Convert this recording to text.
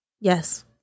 yes